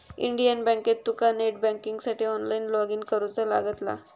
Indian बँकेत तुका net बँकिंगसाठी ऑनलाईन लॉगइन करुचा लागतला